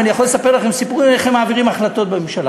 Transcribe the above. אבל אני יכול לספר לכם סיפורים איך הם מעבירים החלטות בממשלה.